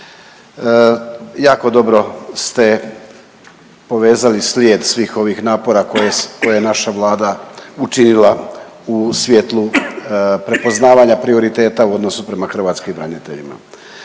jako dobro ste povezali slijed svih ovih napora koje je naša Vlada učinila u svjetlu prepoznavanja prioriteta u odnosu prema hrvatskim braniteljima.